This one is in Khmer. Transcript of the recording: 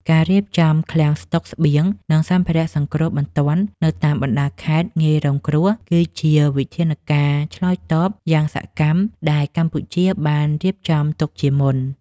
ការរៀបចំឃ្លាំងស្តុកស្បៀង និងសម្ភារៈសង្គ្រោះបន្ទាន់នៅតាមបណ្តាខេត្តងាយរងគ្រោះ គឺជាវិធានការឆ្លើយតបយ៉ាងសកម្មដែលកម្ពុជាបានរៀបចំទុកជាមុន។